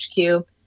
HQ